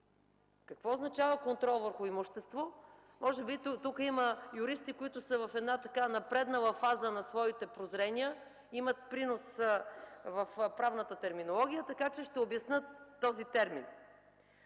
Какво означава контрол върху имущество? Може би тук има юристи, които са в една напреднала фаза на своите твърдения и имат принос в правната терминология, така че ще обяснят този термин.